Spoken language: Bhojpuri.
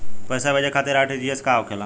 पैसा भेजे खातिर आर.टी.जी.एस का होखेला?